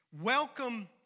Welcome